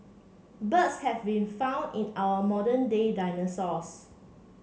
birds have been found in our modern day dinosaurs